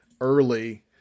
early